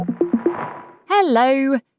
hello